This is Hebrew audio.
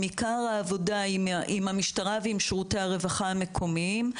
הוא עם המשטרה ועם שירותי הרווחה המקומיים,